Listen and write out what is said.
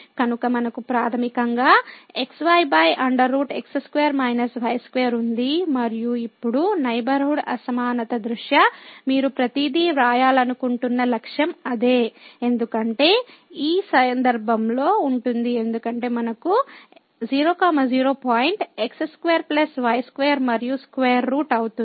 కనుక మనకు ప్రాథమికంగా xy x2 y2 ఉంది మరియు ఇప్పుడు నైబర్హుడ్ అసమానత దృష్ట్యా మీరు ప్రతిదీ వ్రాయాలనుకుంటున్న లక్ష్యం అదే ఎందుకంటే ఈ సందర్భంలో ఉంటుంది ఎందుకంటే మనకు 00 పాయింట్ x2 y2 మరియు స్క్వేర్ రూట్ అవుతుంది